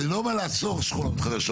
אני לא בא לעצור שכונות חדשות.